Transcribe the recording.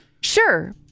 Sure